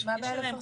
מה הבעיה לפרסם?